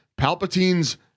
palpatine's